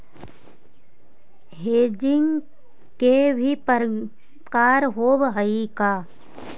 Hedging के भी प्रकार होवअ हई का?